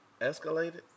escalated